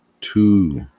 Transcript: two